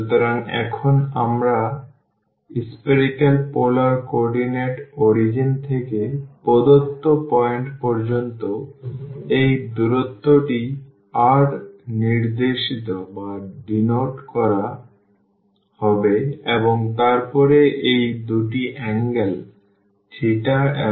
সুতরাং এখন spherical polar coordinate origin থেকে প্রদত্ত পয়েন্ট পর্যন্ত এই দূরত্বটি r নির্দেশিত করা হবে এবং তারপরে এই দুটি অ্যাঙ্গেল এবং